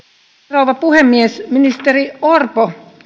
rouva puhemies ministeri orpo